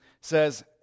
says